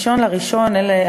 הראשון לראשון 2014,